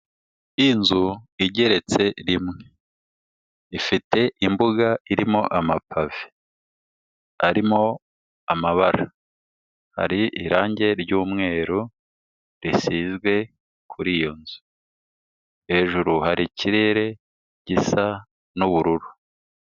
Inzu igeretse rimwe, ifite imbuga irimo amapavi arimo amabara, hari irange ry'umweru risizwe kuri iyo nzu, hejuru hari ikirere gisa n'ubururu.